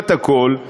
כמעט הכול,